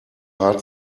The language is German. hart